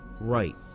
right